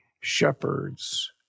shepherds